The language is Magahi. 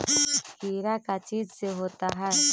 कीड़ा का चीज से होता है?